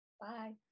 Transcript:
Bye